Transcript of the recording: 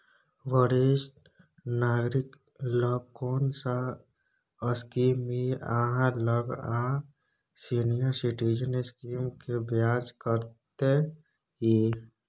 वरिष्ठ नागरिक ल कोन सब स्कीम इ आहाँ लग आ सीनियर सिटीजन स्कीम के ब्याज कत्ते इ?